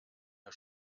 der